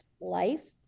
life